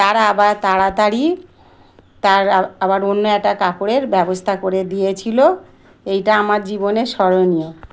তারা আবার তাড়াতাড়ি তার আবার অন্য একটা কাপড়ের ব্যবস্থা করে দিয়েছিলো এইটা আমার জীবনে স্মরণীয়